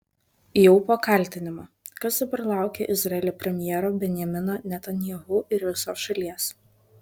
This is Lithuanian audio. jau po kaltinimų kas dabar laukia izraelio premjero benjamino netanyahu ir visos šalies